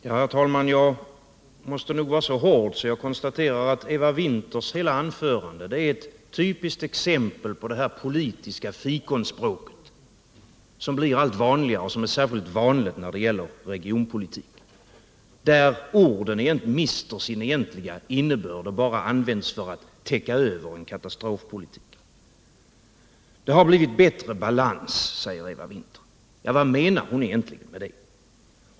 Herr talman! Jag måste nog vara så hård att jag konstaterar att Eva Winthers hela anförande är ett typiskt exempel på det politiska fikonspråket, som blir allt vanligare och som är särskilt vanligt när det gäller regionpolitik. Orden mister sin egentliga innebörd och används bara för att täcka över en katastrofpolitik. Det har blivit bättre balans, säger Eva Winther. Vad menar hon egentligen med det?